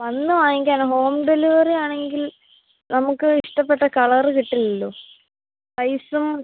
വന്ന് വാങ്ങിക്കണം ഹോം ഡെലിവറിയാണെങ്കിൽ നമ്മൾക്ക് ഇഷ്ടപ്പെട്ട കളറ് കിട്ടില്ലല്ലോ പ്രൈസും